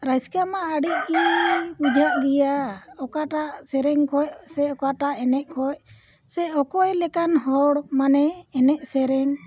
ᱨᱟᱹᱥᱠᱟᱹ ᱢᱟ ᱟᱹᱰᱤᱜᱮ ᱵᱩᱡᱷᱟᱹᱜ ᱜᱮᱭᱟ ᱚᱠᱟᱴᱟᱜ ᱥᱮᱨᱮᱧ ᱠᱷᱚᱱ ᱥᱮ ᱚᱠᱟᱴᱟᱜ ᱮᱱᱮᱡ ᱠᱷᱚᱱ ᱥᱮ ᱚᱠᱚᱭ ᱞᱮᱠᱟᱱ ᱦᱚᱲ ᱢᱟᱱᱮ ᱮᱱᱮᱡ ᱥᱮᱨᱮᱧ